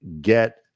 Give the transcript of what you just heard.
get